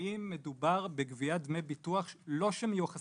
האם מדובר בגביית דמי ביטוח לא שמיוחסים